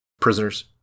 prisoners